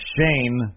Shane